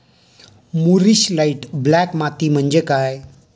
मूरिश light black माती म्हणजे काय?